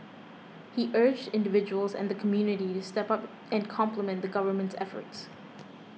he urged individuals and the community to step up and complement the government's efforts